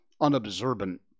unobservant